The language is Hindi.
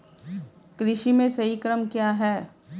कृषि में सही क्रम क्या है?